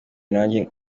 nanjye